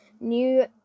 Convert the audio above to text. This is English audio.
new